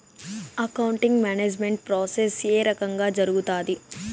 accounting management process ఏ రకంగా జరుగుతాది